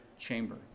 chamber